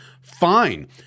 Fine